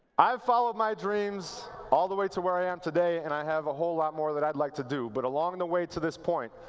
i followed my dreams all the way to where i am today, and i have a whole lot more that i would like to do, but along the way to this point,